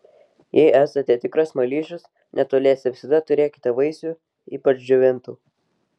jei esate tikras smaližius netoliese visada turėkite vaisių ypač džiovintų